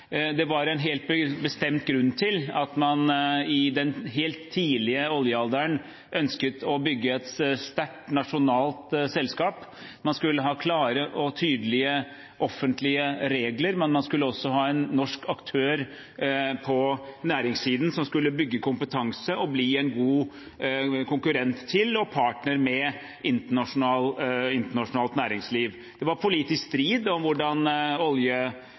Det var en helt bestemt grunn til at man i den helt tidlige oljealderen ønsket å bygge et sterkt nasjonalt selskap. Man skulle ha klare og tydelige offentlige regler, men man skulle også ha en norsk aktør på næringssiden som skulle bygge kompetanse og bli en god konkurrent til og partner med internasjonalt næringsliv. Det var politisk strid om hvordan